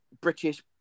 British